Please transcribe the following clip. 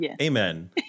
Amen